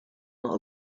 not